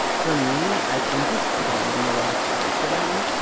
for me, i think it's dwayne the rock johnson.